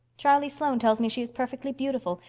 charlie sloane tells me she is perfectly beautiful.